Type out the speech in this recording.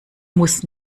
muss